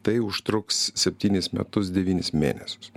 tai užtruks septynis metus devynis mėnesius